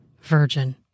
virgin